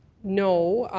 no.